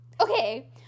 Okay